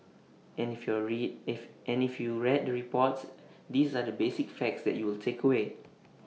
and if your read if any if you read the reports these are the basic facts that you will take away